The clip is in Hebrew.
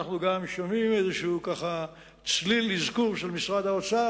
אנחנו גם שומעים איזה צליל אזכור של משרד האוצר,